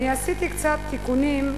עשיתי קצת תיקונים,